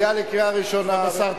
עלייה לקריאה ראשונה --- כבוד השר,